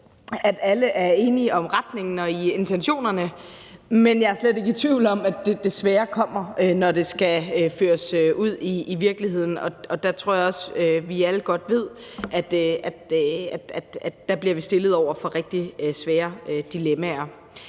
at alle er enige om retningen og i intentionerne, men jeg er slet ikke i tvivl om, at det svære kommer, når det skal føres ud i virkeligheden. Og jeg tror også, at vi alle godt ved, at der bliver vi stillet over for rigtig svære dilemmaer.